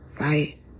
right